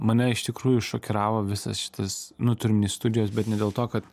mane iš tikrųjų šokiravo visas šitas nu turiu omeny ne studijos bet ne dėl to kad